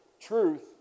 truth